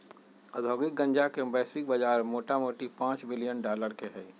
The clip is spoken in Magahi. औद्योगिक गन्जा के वैश्विक बजार मोटामोटी पांच बिलियन डॉलर के हइ